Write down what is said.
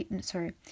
Sorry